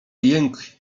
jęk